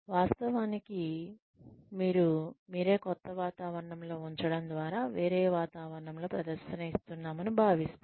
వాస్తవానికి మీరు మీరే క్రొత్త వాతావరణంలో ఉంచడం ద్వారా వేరే వాతావరణంలో ప్రదర్శన ఇస్తున్నామని భావిస్తారు